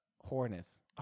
hornets